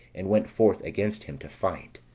and went forth against him to fight.